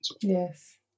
Yes